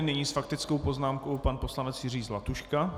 Nyní s faktickou poznámkou pan poslanec Jiří Zlatuška.